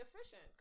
Efficient